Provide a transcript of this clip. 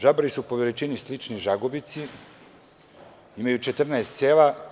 Žabari su po veličini slični Žagubici, imaju 14 sela.